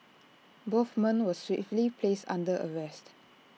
both men were swiftly placed under arrest